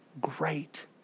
great